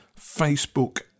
Facebook